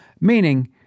Meaning